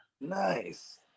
Nice